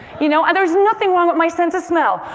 you know and there's nothing wrong with my sense of smell.